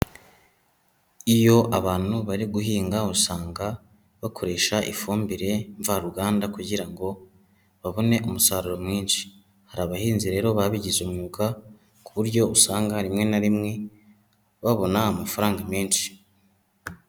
Iyo abantu bari guhinga usanga bakoresha ifumbire mvaruganda kugira ngo babone umusaruro mwinshi. Hari abahinzi rero babigize umwuga ku buryo usanga rimwe na rimwe babona amafaranga menshi.